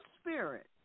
spirit